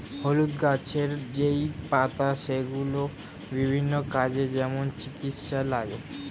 হলুদ গাছের যেই পাতা সেগুলো বিভিন্ন কাজে, যেমন চিকিৎসায় লাগে